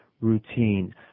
routine